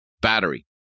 battery